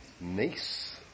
Nice